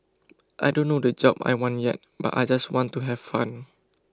I don't know the job I want yet but I just want to have fun